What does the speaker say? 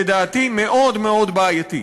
לדעתי, מאוד מאוד בעייתית.